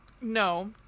No